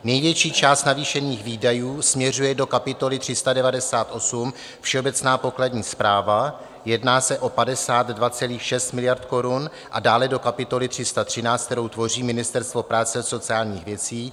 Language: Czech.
Největší část navýšených výdajů směřuje do kapitoly 398, Všeobecná pokladní správa, jedná se o 52,6 miliardy korun, a dále do kapitoly 313, kterou tvoří Ministerstvo práce a sociálních věcí.